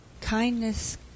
kindness